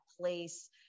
place